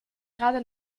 gerade